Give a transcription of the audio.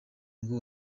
ngo